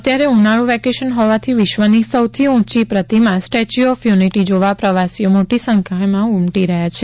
અત્યારે ઉનાળુ વેકેશન હોવાથી વિશ્વની સૌથી ઊંચી પ્રતિમા સ્ટેચ્યુ ઓફ યુનિટી જોવા પ્રવાસીઓ મોટી સંખ્યામાં ઉમટી રહ્યા છે